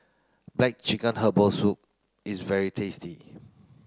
black chicken herbal soup is very tasty